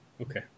Okay